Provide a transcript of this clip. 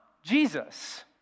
Jesus